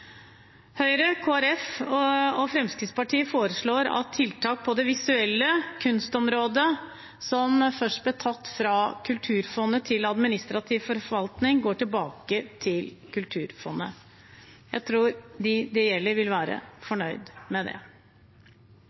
Høyre, Kristelig Folkeparti og Fremskrittspartiet foreslår at tiltak på det visuelle kunstområdet som først ble tatt fra Kulturfondet til administrativ forvaltning, går tilbake til Kulturfondet. Jeg tror de det gjelder, vil være fornøyd med det.